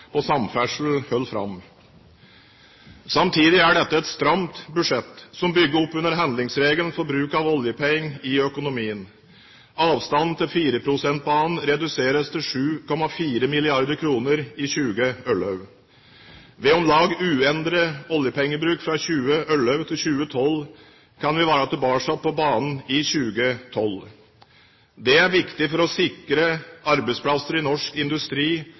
på samferdsel holder fram. Samtidig er dette et stramt budsjett som bygger opp under handlingsregelen for bruk av oljepenger i økonomien. Avstanden til 4-prosentbanen reduseres til 7,4 mrd. kr i 2011. Ved om lag uendret oljepengebruk fra 2011 til 2012 kan vi være tilbake på banen i 2012. Det er viktig for å sikre arbeidsplasser i norsk industri